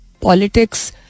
politics